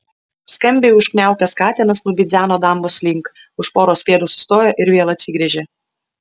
skambiai užkniaukęs katinas nubidzeno dambos link už poros pėdų sustojo ir vėl atsigręžė